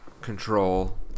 control